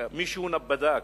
מישהו בדק,